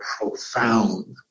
profound